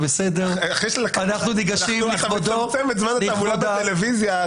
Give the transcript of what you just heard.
אתה מצמצם את זמן התעמולה בטלוויזיה,